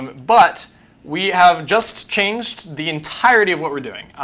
but we have just changed the entirety of what we're doing.